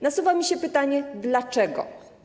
Nasuwa mi się pytanie: Dlaczego?